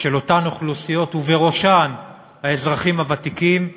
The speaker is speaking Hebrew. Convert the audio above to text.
על אותן אוכלוסיות, ובראשן האזרחים הוותיקים,